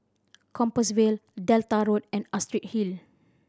Compassvale Delta Road and Astrid Hill